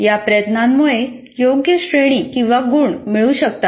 या प्रयत्नामुळे योग्य श्रेणी किंवा गुण मिळू शकतात